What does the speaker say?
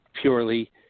purely